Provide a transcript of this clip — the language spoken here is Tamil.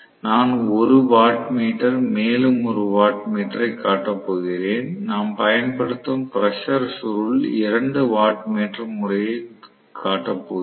நான் 1 வாட்மீட்டர் மேலும் 1 வாட்மீட்டரைக் காட்டப் போகிறேன் நாம் பயன்படுத்தும் பிரஷர் சுருள் இரண்டு வாட்மீட்டர் முறையைக் காட்டப் போகிறேன்